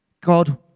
God